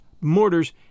mortars